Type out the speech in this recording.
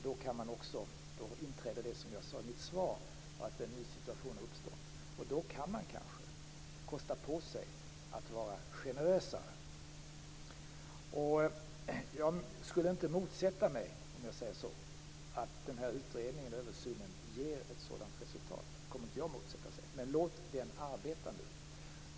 Då inträder också det som jag sade i mitt svar, att en ny situation har uppstått. Då kan man kanske kosta på sig att vara generösare. Jag skulle inte motsätta mig att den här översynen ger ett sådant resultat. Men låt den arbeta nu!